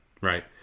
Right